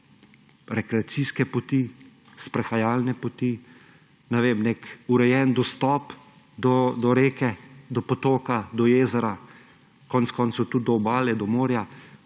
rekreacijske poti, sprehajalne poti, ne vem, nek urejen dostop do reke, do potoka, do jezera, konec koncev tudi do obale, morja.